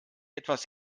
etwas